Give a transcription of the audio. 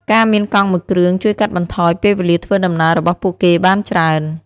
ការមានកង់មួយគ្រឿងជួយកាត់បន្ថយពេលវេលាធ្វើដំណើររបស់ពួកគេបានច្រើន។